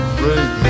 break